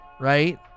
Right